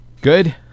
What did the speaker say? good